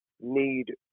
need